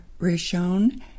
rishon